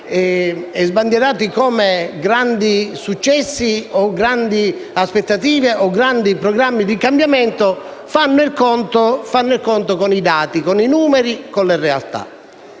sbandierato come grandi successi, grandi aspettative o grandi programmi di cambiamento fanno i conti con i dati, con i numeri e con la realtà.